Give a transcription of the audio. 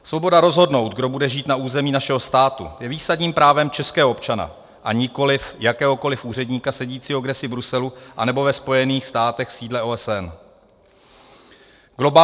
Svoboda rozhodnout, kdo bude žít na území našeho státu, je výsadním právem českého občana, nikoliv jakéhokoliv úředníka sedícího kdesi v Bruselu nebo ve Spojených státech v sídle OSN.